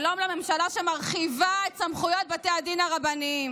שלום לממשלה שמרחיבה את סמכויות בתי הדין הרבניים.